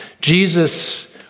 Jesus